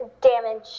damage